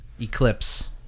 eclipse